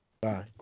Bye